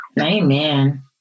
Amen